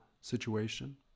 situation